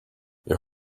your